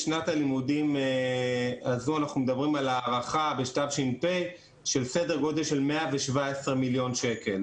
בשנת הלימודים הזאת מדובר בהערכה על סדר גודל של 117 מיליון שקל,